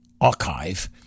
archive